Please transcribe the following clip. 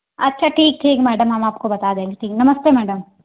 अच्छा ठीक ठीक मैडम हम आपको बता देंगे ठीक नमस्ते मैडम